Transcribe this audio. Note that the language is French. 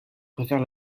préfère